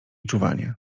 czuwanie